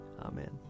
Amen